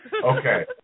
Okay